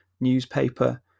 newspaper